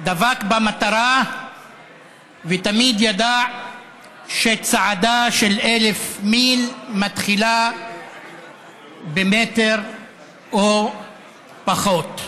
דבק במטרה ותמיד ידע שצעדה של אלף מיל מתחילה במטר או פחות.